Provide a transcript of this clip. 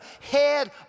head